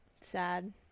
Sad